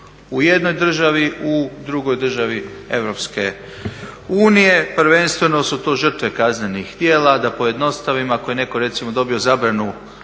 u jednoj državi u drugoj državi EU. Prvenstveno su to žrtve kaznenih djela, da pojednostavim, ako je neko recimo dobio zabranu